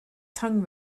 tongue